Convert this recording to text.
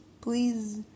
please